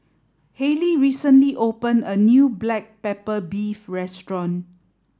Haylie recently opened a new Black Pepper Beef Restaurant